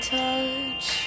touch